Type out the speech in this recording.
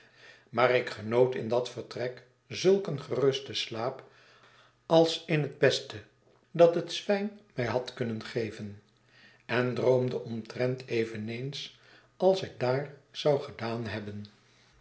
maar ik genoot in dat vertrek zulk een gerusten slaap als in het beste dat het zwijn mij had kunnen geven en droomde omtrent eveneens als ik daar zou gedaan hebben